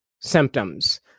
symptoms